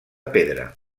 pedra